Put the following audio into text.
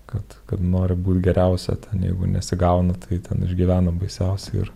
kad kad nori būt geriausia ten jeigu nesigauna tai ten išgyvena baisiausiai ir